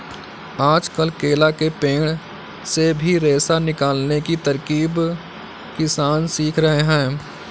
आजकल केला के पेड़ से भी रेशा निकालने की तरकीब किसान सीख रहे हैं